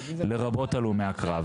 לא, אני רוצה שתדבר.